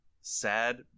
sad